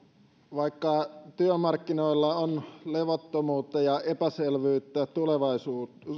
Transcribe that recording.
vaikka työmarkkinoilla on levottomuutta ja epäselvyyttä